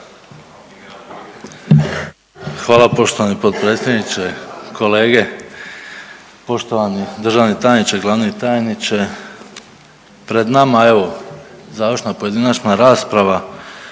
Hvala poštovani potpredsjedniče, kolege, poštovani državni tajniče, glavni tajniče. Pred nama je evo završna pojedinačna rasprava,